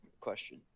question